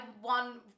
one